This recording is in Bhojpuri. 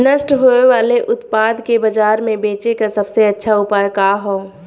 नष्ट होवे वाले उतपाद के बाजार में बेचे क सबसे अच्छा उपाय का हो?